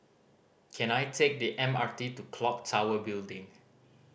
can I take the M R T to Clock Tower Building